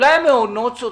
אולי המעונות צודקים.